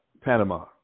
Panama